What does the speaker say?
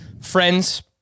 friends